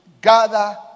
gather